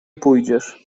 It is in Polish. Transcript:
pójdziesz